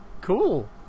Cool